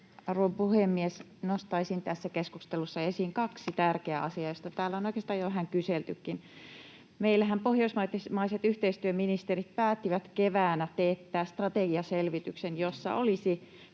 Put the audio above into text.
arvon puhemies! Nostaisin tässä keskustelussa esiin kaksi tärkeää asiaa, joista täällä on oikeastaan jo vähän kyseltykin. Meillähän pohjoismaiset yhteistyöministerit päättivät keväällä teettää strategiaselvityksen, jossa olisi